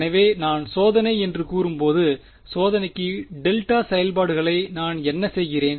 எனவே நான் சோதனை என்று கூறும்போது சோதனைக்கு டெல்டா செயல்பாடுகளை நான் என்ன செய்கிறேன்